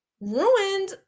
ruined